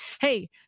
hey